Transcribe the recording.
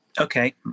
Okay